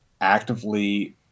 actively